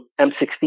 m60